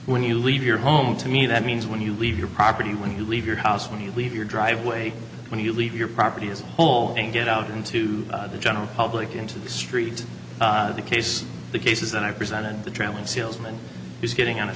when you leave your home to me that means when you leave your property when you leave your house when you leave your driveway when you leave your property as all get out into the general public into the street the case the cases that are presented the traveling salesman is getting on a